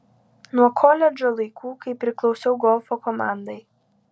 nuo koledžo laikų kai priklausiau golfo komandai